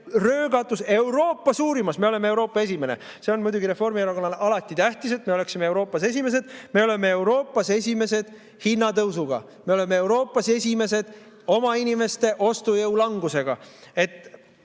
röögatus, Euroopa suurimas [hinnatõusus] – me oleme Euroopas esimene, see on muidugi Reformierakonnale alati tähtis, et me oleksime Euroopas esimesed –, me oleme Euroopas esimesed oma hinnatõusuga, me oleme Euroopas esimesed oma inimeste ostujõu langusega. Et